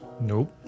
Nope